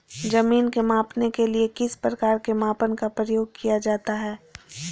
जमीन के मापने के लिए किस प्रकार के मापन का प्रयोग किया जाता है?